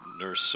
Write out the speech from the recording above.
nurse